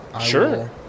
sure